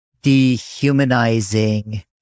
Dehumanizing